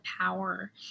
power